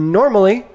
normally